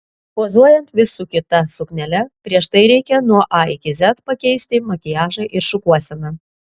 pozuojant vis su kita suknele prieš tai reikia nuo a iki z pakeisti makiažą ir šukuoseną